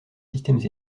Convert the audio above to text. systèmes